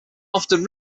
often